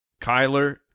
Kyler